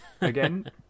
Again